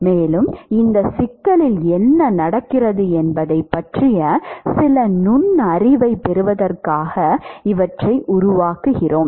மேலும் இந்தச் சிக்கலில் என்ன நடக்கிறது என்பதைப் பற்றிய சில நுண்ணறிவைப் பெறுவதற்காக இவற்றை உருவாக்குகிறோம்